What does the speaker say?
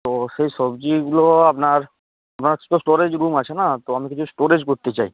তো সেই সবজিগুলো আপনার আপনার তো স্টোরেজ রুম আছে না তো আমি কিছু স্টোরেজ করতে চাই